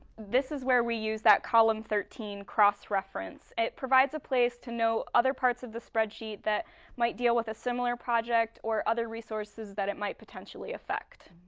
this is where we use that column thirteen cross reference. it provides a place to know other parts of the spreadsheet that might deal with a similar project or other resources that it might potentially affect.